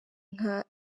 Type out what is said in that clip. nka